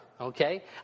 okay